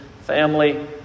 Family